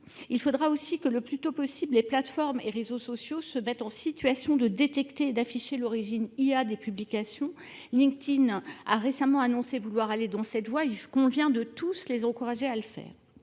Il faudra aussi que le plus tôt possible les plateformes et réseaux sociaux se mettent en situation de détecter et d'afficher l'origine IA des publications. LinkedIn a récemment annoncé vouloir aller dans cette voie, il convient de tous les encourager à le faire.